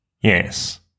Yes